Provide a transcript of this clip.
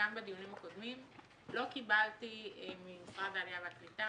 גם בדיונים הקודמים לא קיבלתי ממשרד העלייה והקליטה